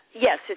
yes